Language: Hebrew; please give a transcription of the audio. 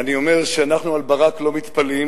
אני אומר שאנחנו על ברק לא מתפלאים,